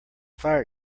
fire